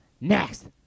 next